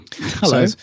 hello